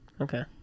Okay